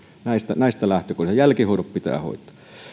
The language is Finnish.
näistä lähtökohdista ja jälkihoidot pitää hoitaa